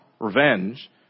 revenge